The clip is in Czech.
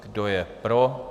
Kdo je pro?